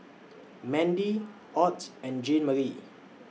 Mandie Ott and Jeanmarie